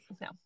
No